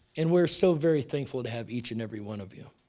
and we're so very thankful to have each and every one of you.